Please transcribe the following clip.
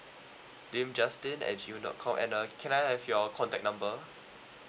lim justin at G mail dot com and uh can I have your contact number